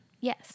Yes